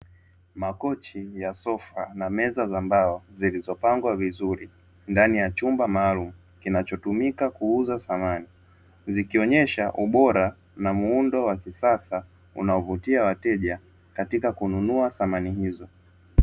Makochi ya sofa na meza za mbao zilizopangwa vizuri ndani ya chumba maalumu kinachotumika kuuza samani, zikionyesha ubora na muundo wa kisasa unaovutia wateja katika kununua samani hizo.